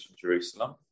Jerusalem